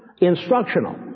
Instructional